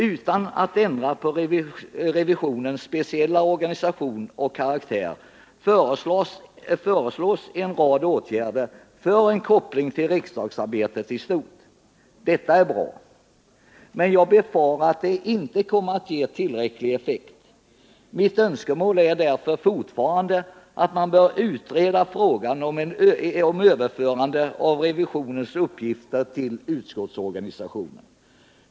Utan att ändra på revisionens speciella organisation och karaktär föreslår man en rad åtgärder för en koppling till riksdagsarbetet i stort. Detta är bra, men jag befarar att det inte kommer att ge tillräcklig effekt. Mitt önskemål är därför fortfarande att man bör utreda frågan om överförande av revisionens uppgifter till utskottsorganisationen.